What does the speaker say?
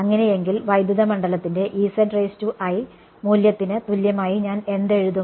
അങ്ങനെയെങ്കിൽ വൈദ്യുത മണ്ഡലത്തിന്റെ മൂല്യത്തിന് തുല്യമായി ഞാൻ എന്ത് എഴുതും